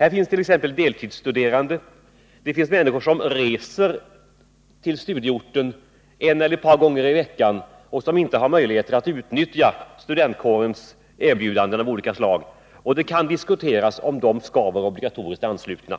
Här finns t.ex. deltidsstuderande, det finns människor som reser till studieorten en eller ett par gånger i veckan och som inte har möjligheter att utnyttja studentkårens erbjudanden av olika slag. Det kan diskuteras om de skall vara obligatoriskt anslutna,